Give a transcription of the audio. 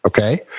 okay